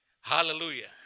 Hallelujah